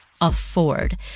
afford